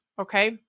Okay